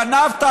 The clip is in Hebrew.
גנבת,